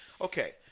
Okay